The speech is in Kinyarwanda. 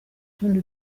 tundi